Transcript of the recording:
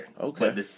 Okay